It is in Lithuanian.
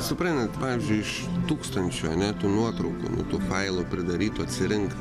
suprantat pavyzdžiui iš tūkstančio ar ne tų nuotraukų nu tų failų pridarytų atsirinkt